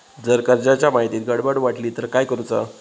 जर कर्जाच्या माहितीत गडबड वाटली तर काय करुचा?